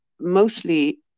mostly